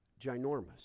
Ginormous